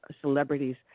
celebrities